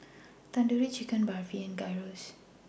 Tandoori Chicken Barfi and Gyros